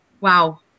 Wow